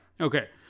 Okay